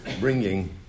bringing